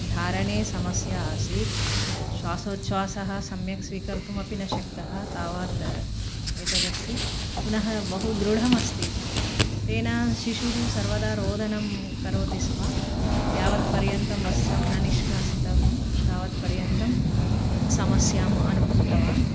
धारणे समस्या आसीत् श्वासोछ्वासः सम्यक् स्वीकर्तुमपि न शक्तः तावत् एतदस्ति पुनः बहु धृढमस्ति तेन शिशुः सर्वदा रोदनं करोति स्म यावत्पर्यन्तं वस्त्रं न निष्कासितं तावत्पर्यन्तं समस्याम् अनुभूतवान्